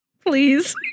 Please